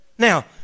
Now